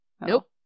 Nope